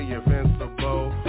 invincible